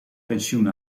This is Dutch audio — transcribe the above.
pensioen